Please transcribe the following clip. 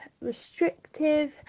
restrictive